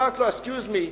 אמרתי לו: many Excuse me,